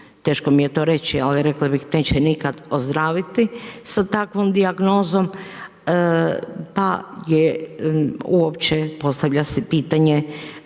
teško mi je to reći, ali rekla bih neće nikad ozdraviti sa takvom dijagnozom pa je uopće, postavlja se pitanje